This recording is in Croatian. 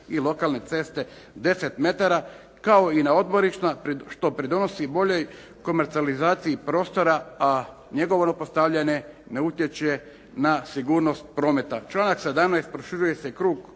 i lokalne ceste 10 metara kao i na odmorišta što pridonosi boljoj komercijalizaciji prostora a njegovo …/Govornik se ne razumije./… ne utječe na sigurnost prometa. Članak 17. proširuje se krug